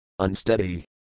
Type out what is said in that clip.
Unsteady